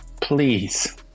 please